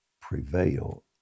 prevail